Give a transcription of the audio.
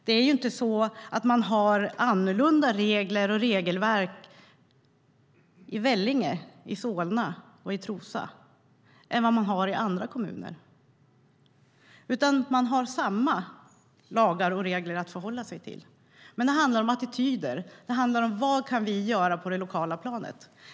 Det finns inte annorlunda regelverk i Vellinge, Solna och Trosa än i andra kommuner. Man har samma lagar och regler att förhålla sig till. Men det handlar om attityder och vad som kan göras på det lokala planet.